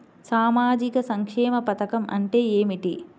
సామాజిక సంక్షేమ పథకం అంటే ఏమిటి?